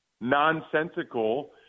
nonsensical